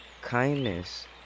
kindness